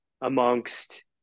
amongst